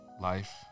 life